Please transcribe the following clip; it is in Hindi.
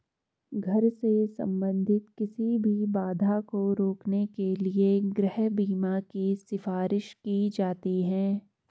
घर से संबंधित किसी भी बाधा को रोकने के लिए गृह बीमा की सिफारिश की जाती हैं